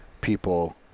people